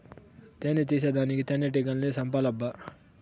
తేని తీసేదానికి తేనెటీగల్ని సంపాలబ్బా